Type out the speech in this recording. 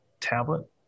tablet